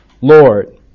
Lord